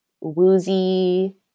woozy